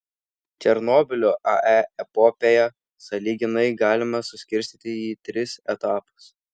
černobylio ae epopėją sąlyginai galima suskirstyti į tris etapus